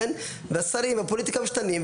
והשרים והפוליטיקה משתנים.